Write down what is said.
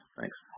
Thanks